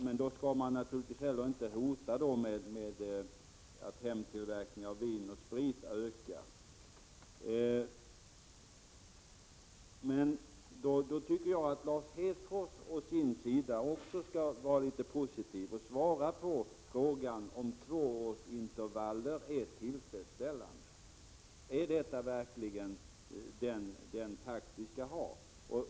Men då skall man naturligtvis inte heller hota med att hemtillverkningen av vin och sprit ökar. Lars Hedfors skall å sin sida också vara litet positiv och svara på frågan om tvåårsintervaller är tillräckliga. Är detta verkligen den takt som vi skall hålla?